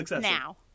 now